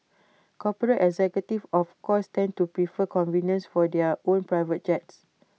corporate executives of course tend to prefer convenience for their own private jets